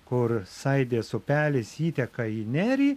kur saidės upelis įteka į nerį